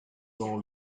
dans